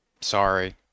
sorry